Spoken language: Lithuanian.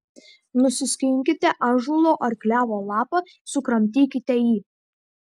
nusiskinkite ąžuolo ar klevo lapą sukramtykite jį